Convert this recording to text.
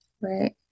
Right